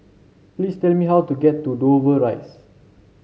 please tell me how to get to Dover Rise